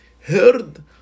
heard